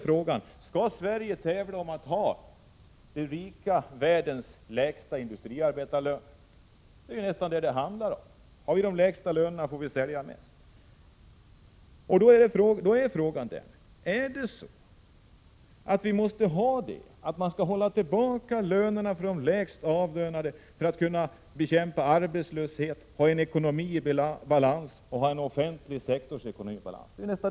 Skall Sverige tävla om att ha den rika världens lägsta industriarbetarlöner? Det handlar ju nästan om det. Om vi har de lägsta lönerna får vi sälja mest. Måste vi hålla tillbaka lönerna för de lägst avlönade för att kunna bekämpa arbetslöshet, ha en ekonomi i balans och ha den offentliga sektorns ekonomi i balans?